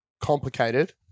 complicated